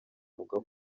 avuga